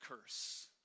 curse